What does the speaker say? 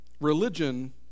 Religion